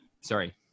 sorry